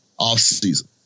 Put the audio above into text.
offseason